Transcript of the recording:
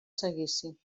seguici